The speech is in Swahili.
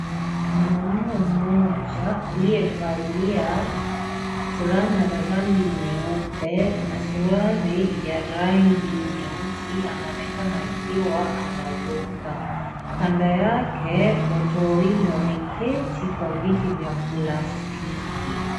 Mwanaume mmoja aliyevalia fulana la rangi nyeupe na suruali ya rangi nyeusi anaonekana akiwa anaruka. Kando yake watu wawili wameketi kwa viti vya plastiki.